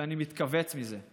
ואני מתכווץ מזה.